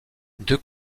deux